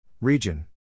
Region